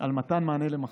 על מתן מענה למחסור.